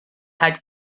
had